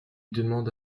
demande